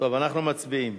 אנחנו מצביעים